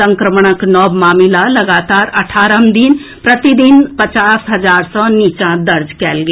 संक्रमणक नव मामिला लगातार अठारहम दिन प्रतिदिन पचास हजार सँ नीचा दर्ज कएल गेल